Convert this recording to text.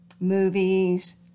movies